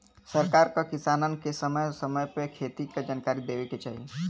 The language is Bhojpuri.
सरकार क किसानन के समय समय पे खेती क जनकारी देवे के चाही